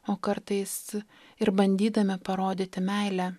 o kartais ir bandydami parodyti meilę